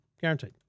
Guaranteed